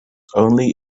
only